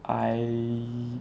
I